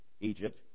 Egypt